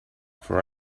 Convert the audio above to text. for